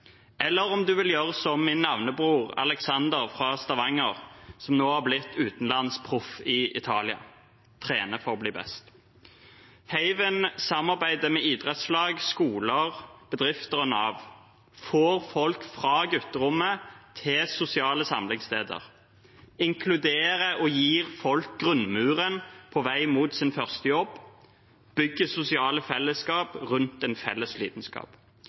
eller om en vil gjøre som min navnebror, Alexander fra Stavanger, som nå er blitt utenlandsproff i Italia: trene for å bli best. Haven samarbeider med idrettslag, skoler, bedrifter og Nav, får folk fra gutterommet til sosiale samlingssteder, inkluderer og gir folk grunnmuren på vei mot sin første jobb, bygger sosiale fellesskap rundt en felles lidenskap.